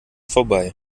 vorbei